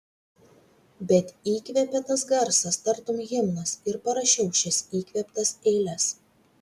bet įkvėpė tas garsas tartum himnas ir parašiau šias įkvėptas eiles